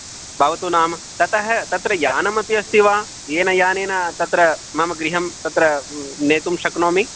भवतु नाम ततः तत्र यानमपि अस्ति वा येन यानेन तत्र मम गृहं तत्र नेतुं शक्नोमि